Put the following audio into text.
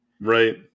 right